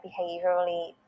behaviorally